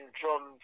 drums